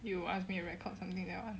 you ask me to record something that one